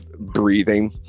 breathing